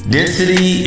Density